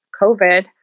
COVID